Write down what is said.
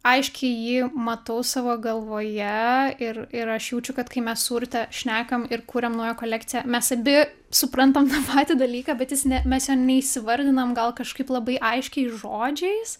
aiškiai jį matau savo galvoje ir ir aš jaučiu kad kai mes su urte šnekam ir kuriam naują kolekciją mes abi suprantam tą patį dalyką bet jis ne mes jo ne įsivardinam gal kažkaip labai aiškiai žodžiais